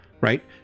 right